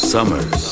Summers